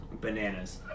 Bananas